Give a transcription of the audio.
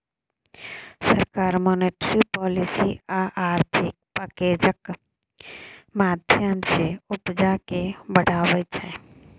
सरकार monetary policy आ आर्थिक पैकैजक माध्यमँ सँ उपजा केँ बढ़ाबै छै